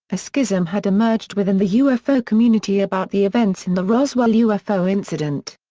a schism had emerged within the ufo community about the events in the roswell ufo incident.